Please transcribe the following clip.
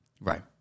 right